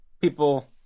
people